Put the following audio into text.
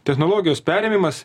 technologijos perėmimas